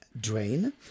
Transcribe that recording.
drain